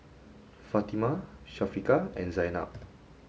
Fatimah Syafiqah and Zaynab